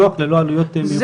נוח וללא עלויות מיוחדות.